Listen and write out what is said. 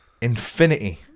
Infinity